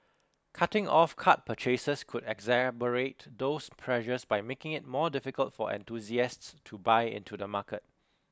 cutting off card purchases could exacerbate those pressures by making it more difficult for enthusiasts to buy into the market